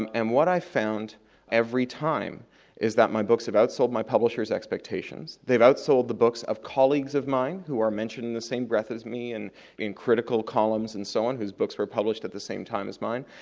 and and what i found every time is that my books have outsold my publisher's expectations, they've outsold the books of colleagues of mine who are mentioned in the same breath as me, and in critical columns and so on, whose books were published at the same time as mine,